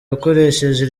wakoresheje